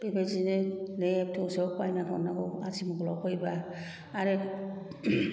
बेबायदिनो लेब थसब बायदिसिना हरनांगौ आथि मंगलाव फैब्ला आरो